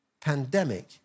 pandemic